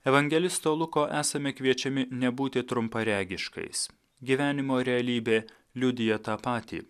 evangelisto luko esame kviečiami nebūti trumparegiškais gyvenimo realybė liudija tą patį